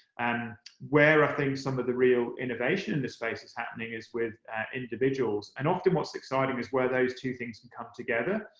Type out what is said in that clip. and where i think some of the real innovation in this space is happening is with individuals. and often what's exciting is where those two things can come together.